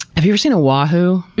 have you ever seen a wahoo?